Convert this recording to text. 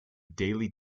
daily